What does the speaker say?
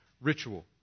ritual